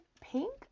pink